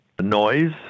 noise